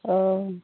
অ'